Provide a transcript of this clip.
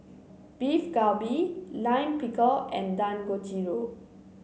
Beef Galbi Lime Pickle and Dangojiru